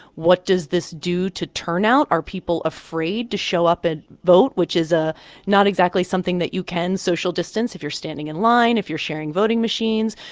what does this do to turnout? are people afraid to show up and vote? which is ah not exactly something that you can social distance if you're standing in line, if you're sharing voting machines.